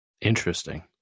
Interesting